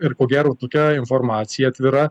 ir ko gero tokia informacija atvira